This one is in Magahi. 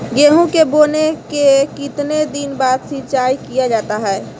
गेंहू के बोने के कितने दिन बाद सिंचाई किया जाता है?